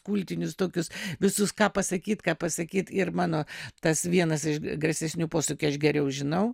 kultinius tokius visus ką pasakyt ką pasakyt ir mano tas vienas iš garsesnių posūkį aš geriau žinau